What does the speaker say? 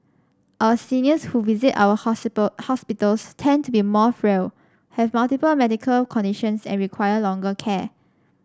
our seniors who visit our hospitals tend to be more frail have multiple medical conditions and require longer care